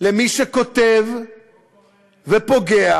למי שכותב ופוגע